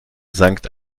sankt